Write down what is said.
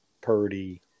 Purdy